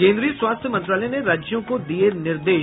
केंद्रीय स्वास्थ्य मंत्रालय ने राज्यों को दिये निर्देश